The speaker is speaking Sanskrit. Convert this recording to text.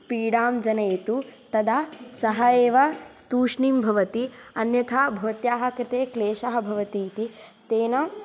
पीडां जनयतु तदा सः एव तूष्णीं भवति अन्यथा भवत्याः कृते क्लेशः भवति इति तेन